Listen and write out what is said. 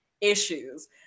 issues